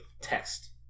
text